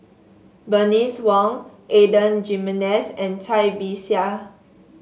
Bernice Wong Adan Jimenez and Cai Bixia